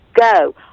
go